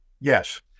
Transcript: Yes